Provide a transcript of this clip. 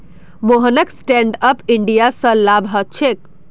मोहनक stand up India स लाभ ह छेक